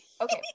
Okay